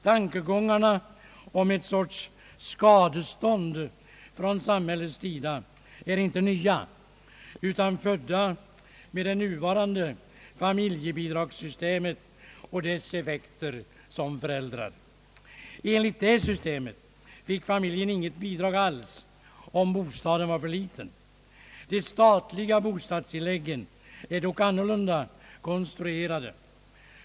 Tankegångarna om ett sådant »skadestånd» från samhället är inte nya, utan födda med det nuvarande familjebidragssystemet och dess effekter som föräldrar. Enligt det systemet fick familjen inget bidrag alls om bostaden var för liten. Det statliga bostadstillägget är dock annorlunda konstruerat.